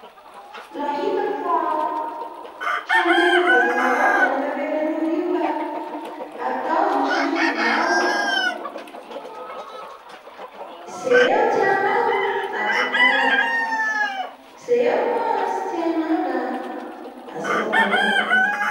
La hitako fa samy masiaky hanareo ka noho izay azanony heky i latabatsy boribory ataontsika toy da izao minoma rano manitsy e, la samia mody antranony agny heky hamaray koa tohiza ny resaky.